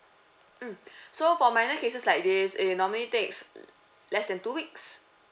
mm so for minor cases like this it normally takes mm less than two weeks